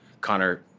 Connor